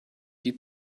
die